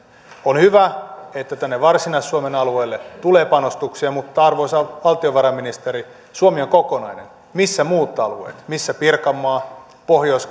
on hyvä että varsinais suomen alueelle tulee panostuksia mutta arvoisa valtiovarainministeri suomi on kokonainen missä muut alueet missä pirkanmaa pohjois